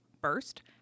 First